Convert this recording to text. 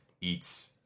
eats